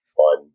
fun